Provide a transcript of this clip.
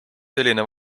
selline